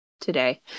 Today